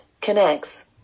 connects